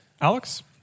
Alex